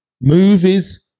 movies